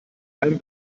einen